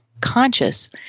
conscious